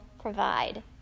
provide